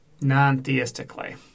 non-theistically